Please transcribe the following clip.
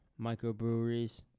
microbreweries